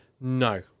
No